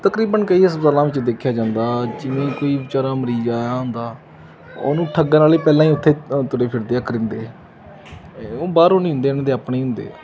ਤਕਰੀਬਨ ਕਈ ਅਸੀਂ ਗੱਲਾਂ ਵਿੱਚ ਦੇਖਿਆ ਜਾਂਦਾ ਜਿਵੇਂ ਕੋਈ ਵਿਚਾਰਾ ਮਰੀਜ਼ ਆਇਆ ਹੁੰਦਾ ਉਹਨੂੰ ਠੱਗਣ ਵਾਲੇ ਪਹਿਲਾਂ ਹੀ ਉੱਥੇ ਤੁਰੇ ਫਿਰਦੇ ਆ ਕਰਿੰਦੇ ਉਹ ਬਾਹਰੋਂ ਨਹੀਂ ਹੁੰਦੇ ਇਹਨਾਂ ਦੇ ਆਪਣੀ ਹੀ ਹੁੰਦੇ ਆ